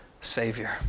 Savior